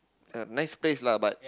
nice place lah but